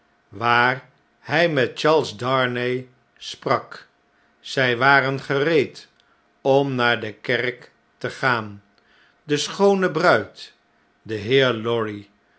waar hjj met charles darnay sprak zjj waren gereed om naar de kerk te gaan de schoone bruid de heer lorry